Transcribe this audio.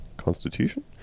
constitution